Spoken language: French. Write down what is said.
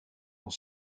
dont